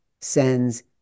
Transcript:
sends